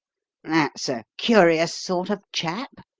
that's a curious sort of chap,